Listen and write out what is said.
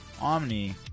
Omni